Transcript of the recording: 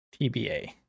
TBA